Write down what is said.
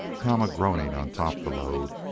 kama groaning on top the load,